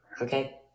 Okay